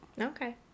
Okay